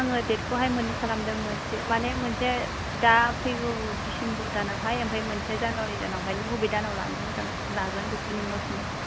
आङो देतखौहाय मोननै खालामदों मोनसे माने मोनसे दा फैगौ दिसेम्बर दानावहाय ओमफ्राय मोनसेया जानुवारि दानावहाय नों बबे दानाव लानो मोजां लागोन बेखौ नोंनाव सोंहरबाय